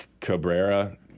Cabrera